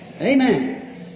Amen